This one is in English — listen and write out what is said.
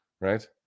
right